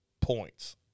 points